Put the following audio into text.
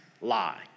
lie